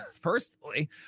personally